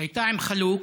הייתה עם חלוק,